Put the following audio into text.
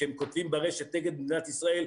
כשהם כותבים ברשת נגד מדינת ישראל,